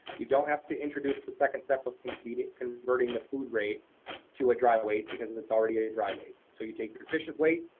you don't have to introduce the second step of converting converting the food rate to a dry weight because it's it's already at a dry weight. so you take your fish's weight,